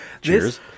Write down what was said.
Cheers